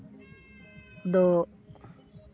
ᱫᱚ